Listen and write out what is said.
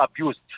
abused